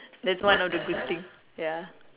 that's one of the good thing ya